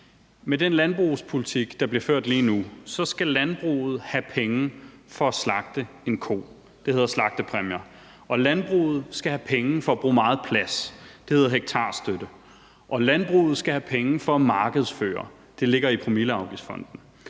med den landbrugspolitik, der bliver ført lige nu, så skal landbruget have penge for at slagte en ko. Det hedder slagtepræmier. Landbruget skal have penge for at bruge meget plads. Det hedder hektarstøtte. Landbruget skal have penge for at markedsføre. Det ligger i promilleafgiftsfondene.